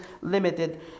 limited